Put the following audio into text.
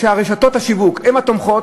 כשרשתות השיווק הן התומכות,